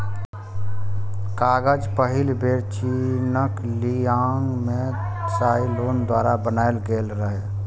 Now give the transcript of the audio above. कागज पहिल बेर चीनक ली यांग मे त्साई लुन द्वारा बनाएल गेल रहै